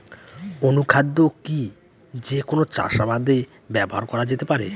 অনুখাদ্য কি যে কোন চাষাবাদে ব্যবহার করা যেতে পারে?